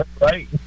Right